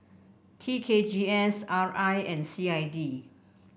T K G S R I and C I D